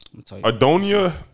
Adonia